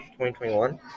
2021